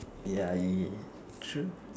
ya you true